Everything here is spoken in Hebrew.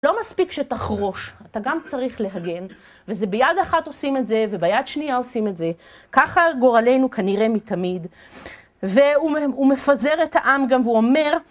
לא מספיק שתחרוש, אתה גם צריך להגן וזה ביד אחת עושים את זה וביד שנייה עושים את זה ככה גורלנו כנראה מתמיד, והוא מפזר את העם גם והוא אומר...